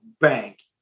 bank